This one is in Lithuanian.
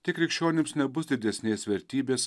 tik krikščionims nebus didesnės vertybės